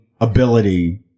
ability